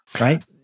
right